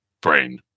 brain